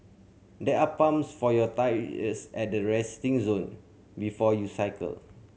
there are pumps for your tyres at the resting zone before you cycle